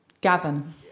Gavin